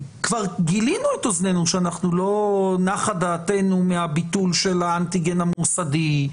כבר גילינו את אוזנינו שלא נחה דעתנו מהביטול של האנטיגן המוסדי,